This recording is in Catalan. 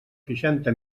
seixanta